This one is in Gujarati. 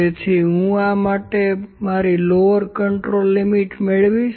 તેથી હું આ માટે મારી લોવર કન્ટ્રોલ લિમિટ મેળવીશ